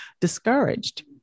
discouraged